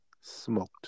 Smoked